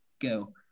Go